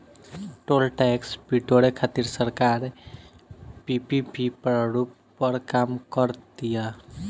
toll tax बिटोरे खातिर सरकार पीपीपी प्रारूप पर काम कर तीय